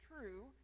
true